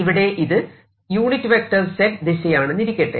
ഇവിടെ ഇത് ẑ ദിശയാണെന്നിരിക്കട്ടെ